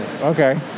Okay